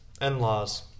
In-laws